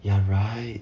ya right